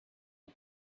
wie